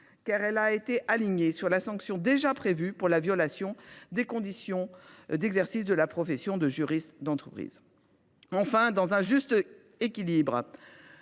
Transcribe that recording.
Elle a été alignée sur la sanction déjà prévue pour la violation des conditions d’exercice de la profession de juriste d’entreprise. Enfin, par souci d’un juste équilibre,